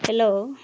hello